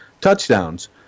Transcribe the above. touchdowns